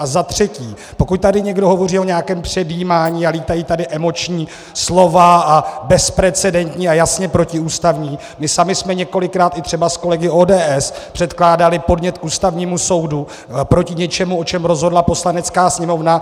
A za třetí pokud tady někdo hovoří o nějakém předjímání a lítají tady emoční slova a bezprecedentní a jasně protiústavní my sami jsme několikrát, a třeba i s kolegy z ODS, předkládali podnět k Ústavnímu soudu proti něčemu, o čem rozhodla Poslanecká sněmovna.